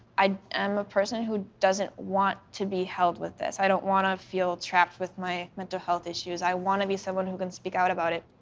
i am a person who doesn't want to be held with this. i don't want to feel trapped with my mental health issues. i want to be someone who can speak out about it.